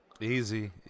Easy